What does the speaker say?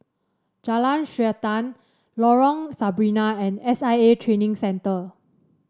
Jalan Srantan Lorong Sarina and S I A Training Centre